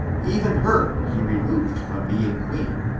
even her he removed from being queen,